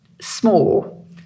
small